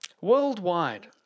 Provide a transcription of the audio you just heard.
Worldwide